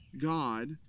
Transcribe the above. God